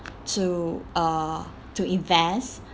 to uh to invest